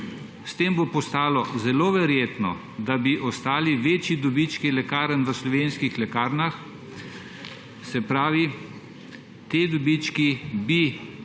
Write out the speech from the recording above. S tem bo postalo zelo verjetno, da bi ostali večji dobički lekarn v slovenskih lekarnah. Se pravi, ti dobički bi